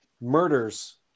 murders